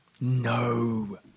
No